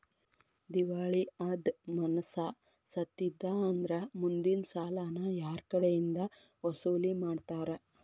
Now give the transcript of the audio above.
ದಿವಾಳಿ ಅದ್ ಮನಷಾ ಸತ್ತಿದ್ದಾ ಅಂದ್ರ ಮುಂದಿನ್ ಸಾಲಾನ ಯಾರ್ಕಡೆಇಂದಾ ವಸೂಲಿಮಾಡ್ತಾರ?